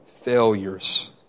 failures